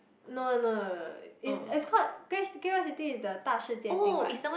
no no no no no is is called G~ Great-World-City is the Da Shi Jie thing right